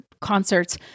concerts